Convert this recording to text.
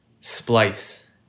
Splice